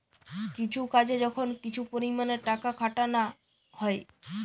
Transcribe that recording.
কিছু কাজে যখন কিছু পরিমাণে টাকা খাটানা হয়